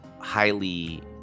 highly